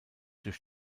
durch